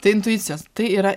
tai intuicijos tai yra